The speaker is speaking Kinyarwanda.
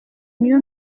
new